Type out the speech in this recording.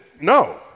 No